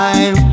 Time